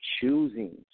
choosing